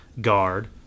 guard